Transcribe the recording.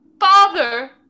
Father